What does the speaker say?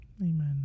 Amen